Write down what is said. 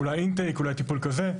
אולי אינטייק, אולי טיפול כזה.